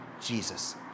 Jesus